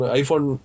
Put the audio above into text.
iPhone